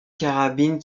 carabine